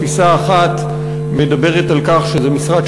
התפיסה האחת מדברת על כך שזה משרד